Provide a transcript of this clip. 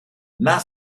nach